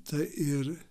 tai ir